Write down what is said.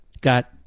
Got